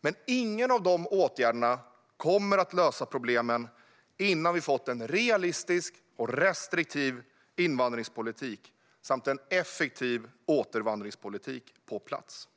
Men ingen av de åtgärderna kommer att lösa problemen innan vi har fått en realistisk och restriktiv invandringspolitik samt en effektiv återvandringspolitik på plats.